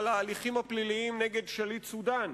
על ההליכים הפליליים נגד שליט סודן,